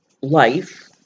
life